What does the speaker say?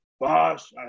boss